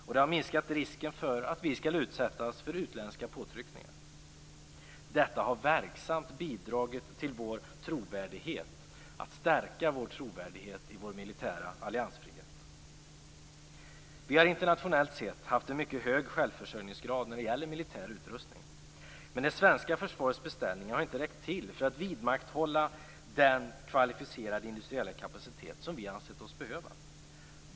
Det har minskat risken för att vi skulle utsättas för utländska påtryckningar. Detta har verksamt bidragit till att stärka vår trovärdighet i vår militära alliansfrihet. Vi har internationellt sett haft en mycket hög självförsörjningsgrad när det gäller militär utrustning. Men det svenska försvarets beställningar har inte räckt till för att vidmakthålla den kvalificerade industriella kapacitet som vi ansett oss behöva.